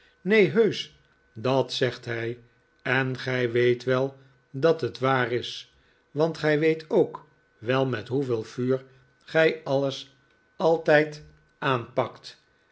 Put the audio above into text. neen heusch dat zegt hij en gij weet wel dat het waar is want gij weet ook wel met hoeveel vuur gij alles altijd aanpakt